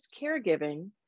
caregiving